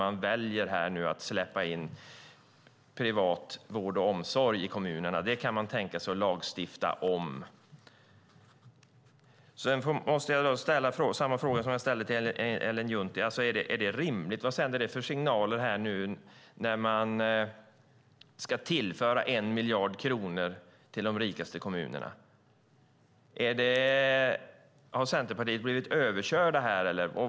Att släppa in privat vård och omsorg i kommunerna det kan ni däremot tänka er att lagstifta om. Jag måste ställa samma fråga som jag ställde till Ellen Juntti. Vad sänder det för signaler nu när man ska tillföra 1 miljard kronor till de rikaste kommunerna? Är det rimligt? Har Centerpartiet blivit överkört?